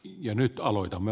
ja nyt aloitamme